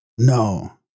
No